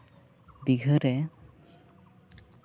ᱵᱤᱜᱷᱟᱹ ᱨᱮ